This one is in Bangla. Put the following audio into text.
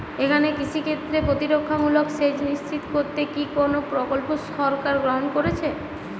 এখানে কৃষিক্ষেত্রে প্রতিরক্ষামূলক সেচ নিশ্চিত করতে কি কোনো প্রকল্প সরকার গ্রহন করেছে?